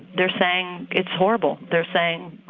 they're saying it's horrible. they're saying,